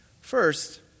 First